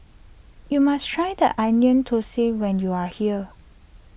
you must try the Onion Thosai when you are here